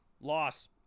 loss